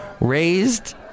Raised